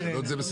לא, זה בסדר.